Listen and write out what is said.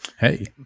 Hey